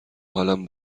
حالم